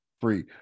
free